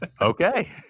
okay